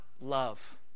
love